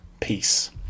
peace